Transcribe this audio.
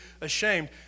ashamed